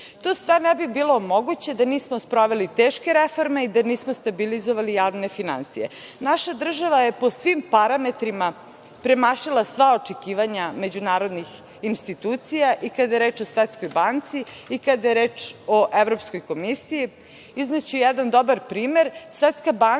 sve ne bi bilo moguće da nismo sproveli teške reforme i da nismo stabilizovali javne finansije. Naša država je po svim parametrima premašila sva očekivanja međunarodnih institucija i kada je reč o Svetskoj banci i kada je reč o Evropskoj komisiji. Izneću jedan dobar primer.